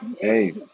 hey